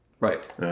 Right